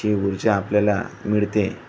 जी ऊर्जा आपल्याला मिळते